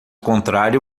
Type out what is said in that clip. contrário